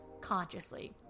consciously